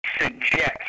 suggest